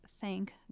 thank